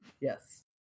Yes